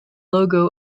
logo